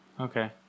Okay